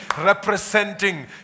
representing